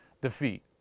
defeat